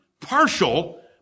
partial